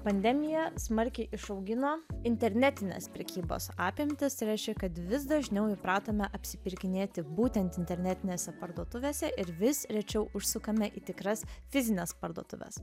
pandemija smarkiai išaugino internetines prekybos apimtis reiškia kad vis dažniau įpratome apsipirkinėti būtent internetinėse parduotuvėse ir vis rečiau užsukame į tikras fizines parduotuves